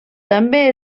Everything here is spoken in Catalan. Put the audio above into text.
també